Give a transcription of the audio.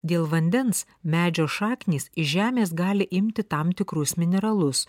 dėl vandens medžio šaknys iš žemės gali imti tam tikrus mineralus